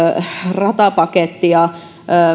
ratapakettia